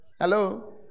hello